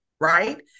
right